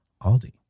Aldi